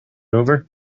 over